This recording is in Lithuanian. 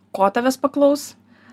ko tavęs paklaus